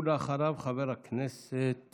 אחריו, חבר הכנסת